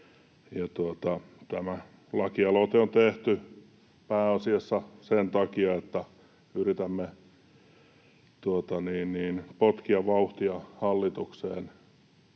Tämä lakialoite on tehty pääasiassa sen takia, että yritämme potkia vauhtia hallitukseen,